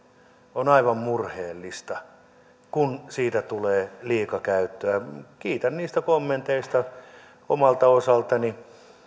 on aivan murheellista kun siitä tulee liikakäyttöä kiitän niistä kommenteista omalta osaltani